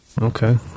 Okay